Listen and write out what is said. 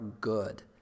good